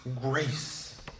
grace